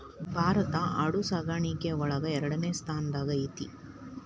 ಭಾರತಾ ಆಡು ಸಾಕಾಣಿಕೆ ಒಳಗ ಎರಡನೆ ಸ್ತಾನದಾಗ ಐತಿ